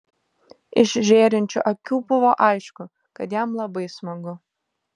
iš žėrinčių akių buvo aišku kad jam labai smagu